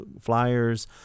flyers